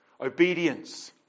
Obedience